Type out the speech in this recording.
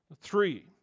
Three